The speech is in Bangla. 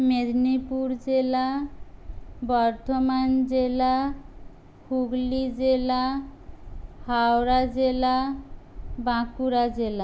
মেদিনীপুর জেলা বর্ধমান জেলা হুগলি জেলা হাওড়া জেলা বাঁকুড়া জেলা